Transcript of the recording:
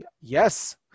yes